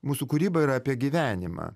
mūsų kūryba yra apie gyvenimą